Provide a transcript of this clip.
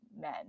men